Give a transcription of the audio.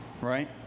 right